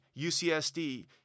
UCSD